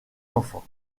enfant